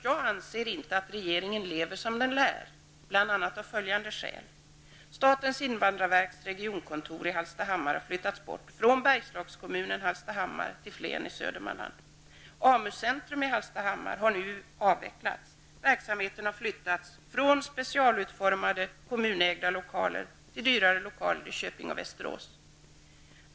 Jag anser inte att regeringen lever som den lär, bl.a. av följande skäl: Verksamheten har flyttats från specialutformade, kommunägda lokaler till dyrare lokaler i Köping och Västerås.